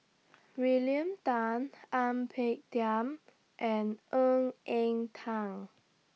William Tan Ang Peng Tiam and Ng Eng Teng